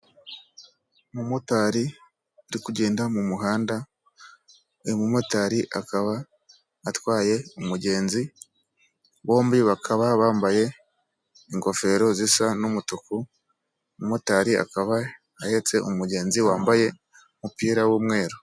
Umumotari uri kugenda mu muhanda uyu mumotari akaba atwaye umugenzi bombi bakaba bambaye ingofero zisa n'umutuku. Umumotari akaba aheretse umugenzi wambaye umupira w'umweru.